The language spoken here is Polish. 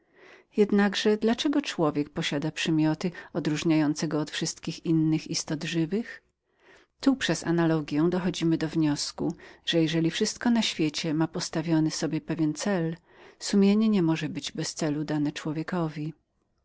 jednakże dla czego człowiek posiada przymioty odróżniające go od innych zwierząt tu przez analogią przechodzimy do wniosku że jeżeli wszystko na świecie ma założony pewien cel sumienie nie może być bez celu danem człowiekowi